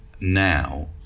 now